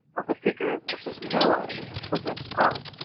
of the figure of mrs. noah in the children's ark,